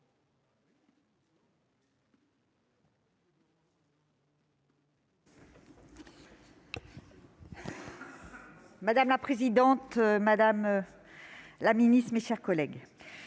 Madame la présidente, monsieur le ministre, mes chers collègues,